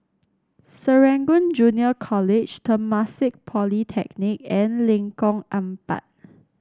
Serangoon Junior College Temasek Polytechnic and Lengkong Empat